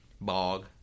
Bog